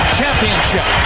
championship